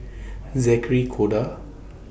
Zackery Koda